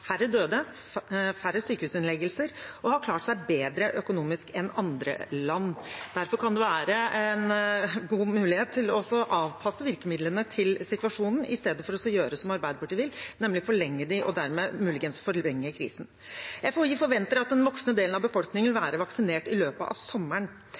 færre døde, færre sykehusinnleggelser og har klart seg bedre økonomisk enn andre land. Derfor kan det være en god mulighet til å avpasse virkemidlene til situasjonen, istedenfor å gjøre som Arbeiderpartiet vil, nemlig forlenge dem og dermed muligens forlenge krisen. FHI forventer at den voksne delen av befolkningen vil være vaksinert i løpet av sommeren.